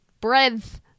Breath